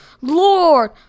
Lord